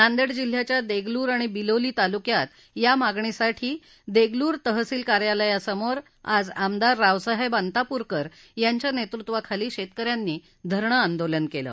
नांदेड जिल्ह्याच्या देगलूर आणि बिलोली तालुक्यात या मागणीसाठी देगलूर तहसील कार्यालयासमोर आज आमदार रावसाहेब अंतापूरकर यांच्या नेतृत्वाखाली शेतक यांनी धरणं आंदोलन केलं